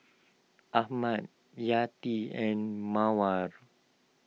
Ahmad Yati and Mawar